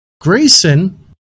Grayson